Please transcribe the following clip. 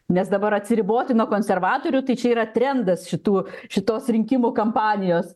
nes dabar atsiriboti nuo konservatorių tai čia yra trendas šitų šitos rinkimų kampanijos